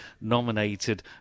nominated